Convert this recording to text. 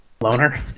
Loner